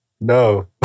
No